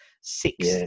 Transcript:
six